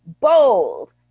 bold